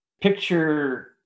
Picture